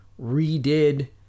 redid